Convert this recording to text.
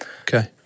Okay